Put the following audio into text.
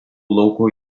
lauko